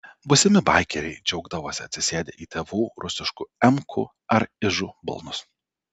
būsimi baikeriai džiaugdavosi atsisėdę į tėvų rusiškų emkų ar ižų balnus